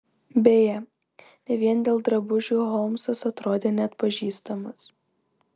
beje ne vien dėl drabužių holmsas atrodė neatpažįstamas